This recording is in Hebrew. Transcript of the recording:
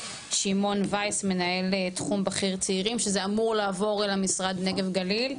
שמעון וייס מנהל תחום בכיר צעירים שזה אמור לעבור למשרד נגב גליל.